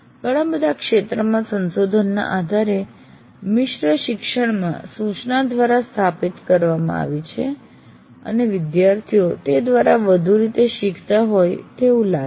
ઘણા બધા ક્ષેત્રમાં સંશોધનના આધારે મિશ્ર શિક્ષણમાં સૂચના દ્વારા સ્થાપિત કરવામાં આવી છે અને વિદ્યાર્થીઓ તે દ્વારા વધુ સારી રીતે શીખતા હોય તેવું લાગે છે